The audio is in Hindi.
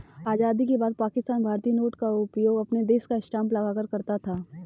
आजादी के बाद पाकिस्तान भारतीय नोट का उपयोग अपने देश का स्टांप लगाकर करता था